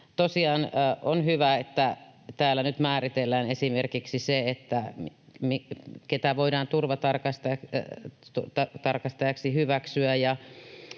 Tosiaan on hyvä, että täällä nyt määritellään esimerkiksi se, ketä voidaan turvatarkastajaksi hyväksyä,